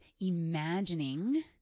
imagining